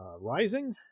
Rising